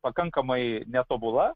pakankamai netobula